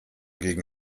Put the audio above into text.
gegen